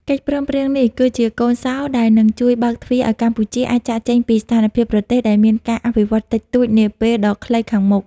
កិច្ចព្រមព្រៀងនេះ គឺជាកូនសោដែលនឹងជួយបើកទ្វារឱ្យកម្ពុជាអាចចាកចេញពីស្ថានភាពប្រទេសដែលមានការអភិវឌ្ឍតិចតួចនាពេលដ៏ខ្លីខាងមុខ។